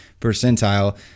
percentile